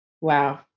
Wow